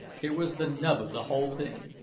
here was the nub of the whole thing!